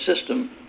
system